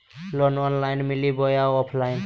Loan online मिली बोया offline?